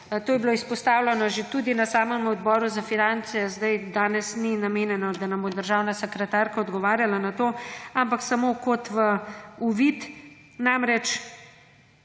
To je bilo izpostavljeno že tudi na samem Odboru za finance. Danes ni namenjeno, da nam bo državna sekretarka odgovarjala na to, ampak samo kot v uvid, namreč